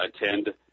attend